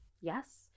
Yes